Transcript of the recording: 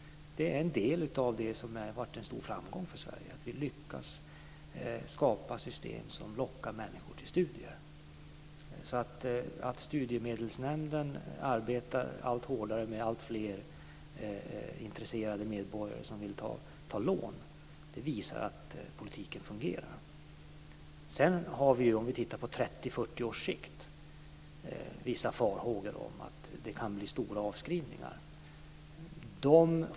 Det är en del i det som varit en stor framgång för Sverige. Vi har lyckats skapa ett system som lockar människor till studier. Att Studiemedelsnämnden arbetar allt hårdare med alltfler intresserade medborgare som vill ta lån visar att politiken fungerar. Om vi tittar på 30-40 års sikt har vi vissa farhågor om att det kan bli stora avskrivningar.